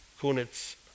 Kunitz